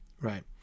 right